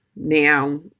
now